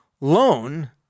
loan